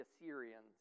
Assyrians